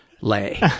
lay